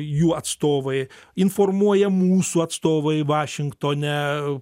jų atstovai informuoja mūsų atstovai vašingtone